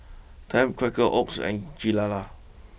Tempt Quaker Oats and Gilera